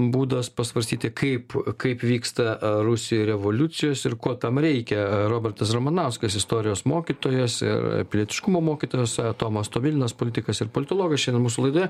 būdas pasvarstyti kaip kaip vyksta rusijoj revoliucijos ir ko tam reikia robertas ramanauskas istorijos mokytojas ir pilietiškumo mokytojas tomas tomilinas politikas ir politologas šiandien mūsų laidoje